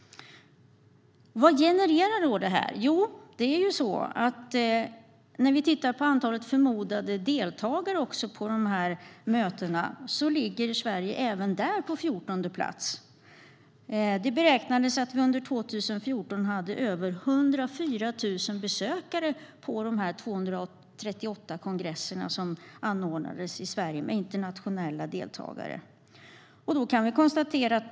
Vad genererar då detta? Även när det gäller antalet förmodade deltagare vid de internationella mötena ligger Sverige på 14:e plats. Det beräknas att vi under 2014 hade över 104 000 besökare på de 238 kongresserna med internationella deltagare.